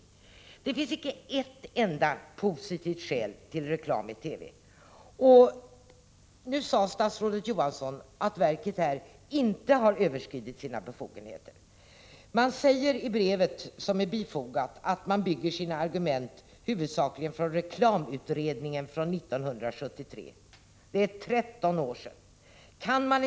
Enligt konsumentverket finns det icke ett enda positivt skäl till reklam i TV, och nu sade statsrådet Johansson att verket inte har överskridit sina befogenheter. Det heter i det brev som är fogat till den aktuella skriften att man bygger sina argument huvudsakligen på reklamutredningens betänkande från 1973. Det är 13 år sedan detta betänkande avgavs.